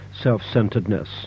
self-centeredness